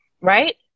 right